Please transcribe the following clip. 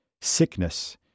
sickness